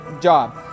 job